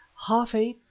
half ape,